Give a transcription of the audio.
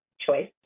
choice